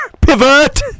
Pivot